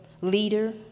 leader